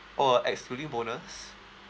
oh excluding bonus